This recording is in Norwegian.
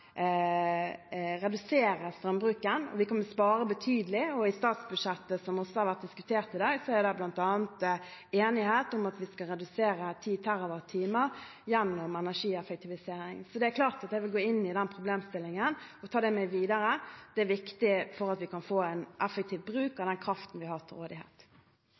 strømbruken. Vi kan spare betydelig, og i statsbudsjettet, som også har vært diskutert i dag, er det bl.a. enighet om at vi skal redusere med 10 tWh gjennom energieffektivisering. Det er klart jeg vil gå inn i den problemstillingen og ta dette med videre. Det er viktig for at vi kan få en effektiv bruk av den kraften vi har til rådighet.